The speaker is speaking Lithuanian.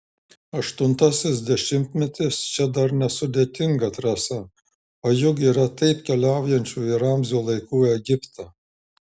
aštuntasis dešimtmetis čia dar nesudėtinga trasa o juk yra taip keliaujančių į ramzio laikų egiptą